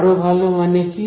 আরো ভালো মানে কি